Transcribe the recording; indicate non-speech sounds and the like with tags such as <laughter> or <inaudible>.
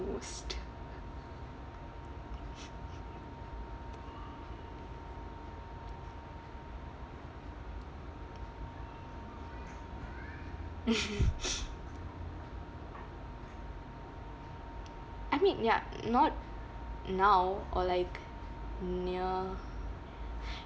most <laughs> I mean ya not now or like near